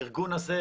הארגון הזה,